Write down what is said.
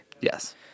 Yes